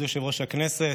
כבוד יושב-ראש הישיבה,